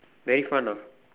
very fun ah